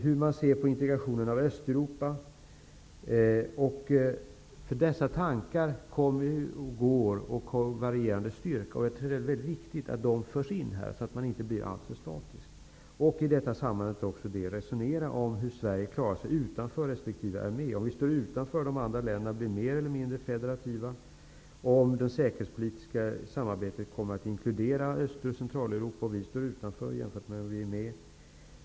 Man kan också märka detta i hur man ser på integrationen av Dessa tankar kommer och går och har varierande styrka. Det är mycket viktigt att de förs in i resonemanget så att man inte blir alltför statisk. I detta sammanhang måste man också resonera om hur Sverige klarar sig om vi är utanför resp. om vi är med. Vad händer om vi står utanför, och de andra länderna blir mer eller mindre federativa? Vad händer om det säkerhetspolitiska samarbetet kommer att inkludera Öst och Centraleuropa och vi står utanför, jämfört om vi är med?